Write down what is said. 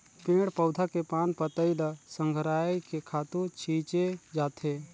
पेड़ पउधा के पान पतई ल संघरायके खातू छिछे जाथे